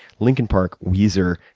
linkin park, weezer,